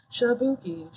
Shabuki